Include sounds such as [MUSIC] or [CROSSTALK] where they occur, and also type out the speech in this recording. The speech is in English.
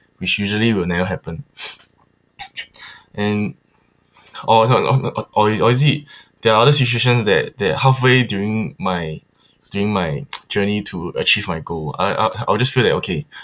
which usually will never happen [BREATH] [BREATH] and or this one or or is it [BREATH] there are other situations that that halfway during my during my [NOISE] journey to achieve my goal I I I would just feel like okay